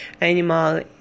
animal